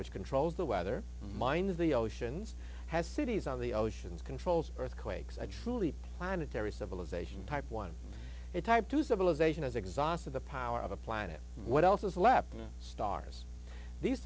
which controls the weather mind of the oceans has cities on the oceans controls earthquakes i truly planetary civilization type one and type two civilization has exhausted the power of a planet what else is left of stars these